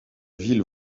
ville